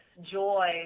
joy